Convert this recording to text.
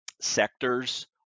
sectors